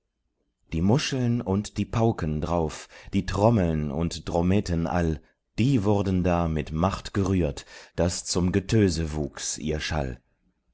die muscheln und die pauken drauf die trommeln und drommeten all die wurden da mit macht gerührt daß zum getöse wuchs ihr schall